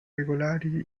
regolari